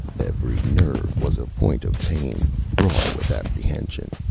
every nerve was a point of pain, raw with apprehension.